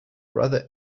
brother